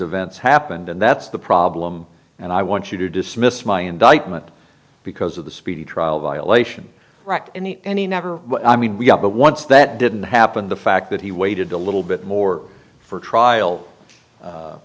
events happened and that's the problem and i want you to dismiss my indictment because of the speedy trial violation in the ne never i mean we have but once that didn't happen the fact that he waited a little bit more for trial